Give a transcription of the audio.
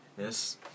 Yes